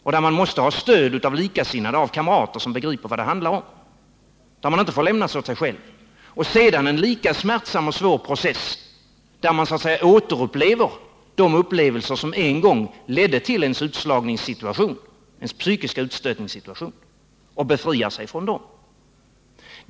I detta skede måste man ha stöd av likasinnade, av kamrater som begriper vad det handlar om, och får inte lämnas åt sig själv. Därefter krävs en lika smärtsam och svår process, där man återupplever de skeenden som en gång ledde till den psykiska utstötningssituationen och befriar sig från dem.